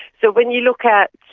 so when you look at,